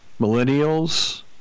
millennials